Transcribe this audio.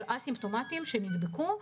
של א-סימפטומטיים שנדבקו,